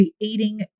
creating